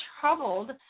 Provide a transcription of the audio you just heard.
troubled